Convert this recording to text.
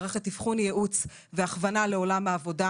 שהיא מערכת אבחון, ייעוץ והכוונה לעולם העבודה.